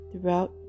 throughout